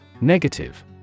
Negative